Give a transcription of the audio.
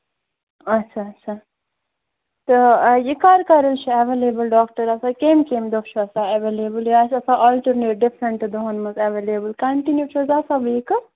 اَچھا اَچھا تہٕ یہِ کَر کَر حظ چھُ ایٚویلیبٔل ڈاکٹر آسان کَمہِ کَمہِ دۄہ چھُ آسان ایٚویلیبٔل یہِ آسہِ آسان آلٹٕرنیٹ ڈِفرَنٛٹ دۄہن منٛز ایٚویلیبٔل کنٹِنیٛوٗ چھُ حظ آسان وِیٖکَس